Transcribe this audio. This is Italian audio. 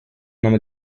nome